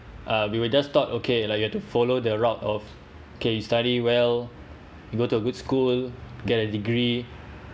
uh we will just thought okay like you have to follow the route of okay you study well you go to a good school get a degree